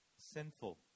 sinful